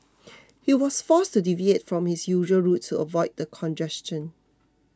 he was forced to deviate from his usual route to avoid the congestion